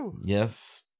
Yes